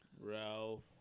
Ralph